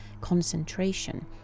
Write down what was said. concentration